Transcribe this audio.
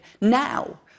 Now